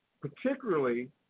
particularly